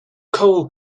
cole